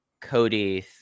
Cody